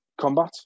combat